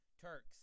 Turks